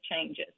changes